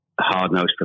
hard-nosed